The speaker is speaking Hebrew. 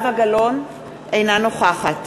אינה נוכחת